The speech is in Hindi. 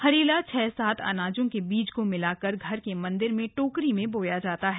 हरेला छह सात अनाजों के बीज को मिलाकर घर के मंदिर में टोकरी में बोया जाता है